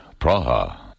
Praha